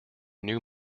new